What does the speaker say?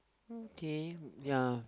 okay ya